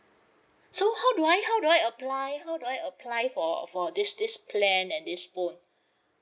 so how do I how do I apply how do I apply for for this this plan and this phone